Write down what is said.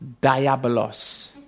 Diabolos